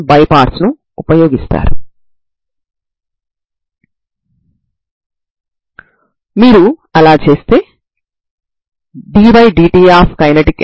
ప్రారంభ నియమాలను ఉపయోగించడం ద్వారా ఇది ఎలా పరిష్కారమవుతుందో మనం చూస్తాము